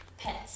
pets